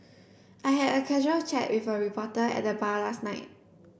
I had a casual chat with a reporter at the bar last night